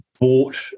bought